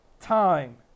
time